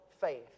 faith